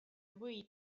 võid